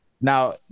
now